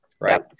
Right